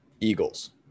Eagles